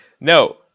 no